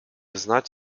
znać